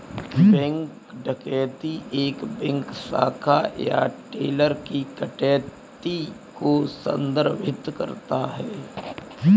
bank डकैती एक bank शाखा या टेलर की डकैती को संदर्भित करता है